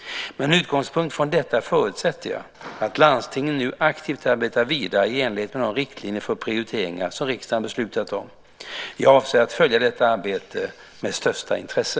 Med utgångspunkt i detta förutsätter jag att landstingen nu aktivt arbetar vidare i enlighet med de riktlinjer för prioriteringar som riksdagen beslutat om. Jag avser att följa detta arbete med största intresse.